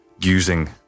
using